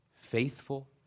faithful